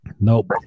Nope